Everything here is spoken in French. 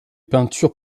peintures